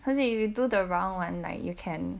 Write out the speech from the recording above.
cause if you do the wrong [one] like you can